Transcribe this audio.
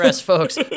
folks